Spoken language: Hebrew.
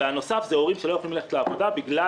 ודבר נוסף הוא הורים שלא יכולים ללכת לעבודה בגלל